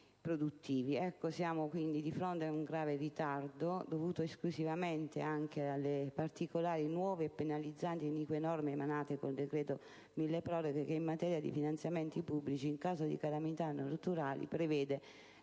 Siamo di fronte ad un grave ritardo dovuto esclusivamente alle particolari nuove, penalizzanti e inique norme emanate con il decreto milleproroghe, che in materia di finanziamenti pubblici, in caso di calamita` naturali, prevede